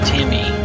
Timmy